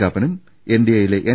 കാപ്പനും എൻ ഡി എയിലെ എൻ